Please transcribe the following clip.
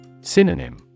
Synonym